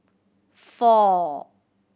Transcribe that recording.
four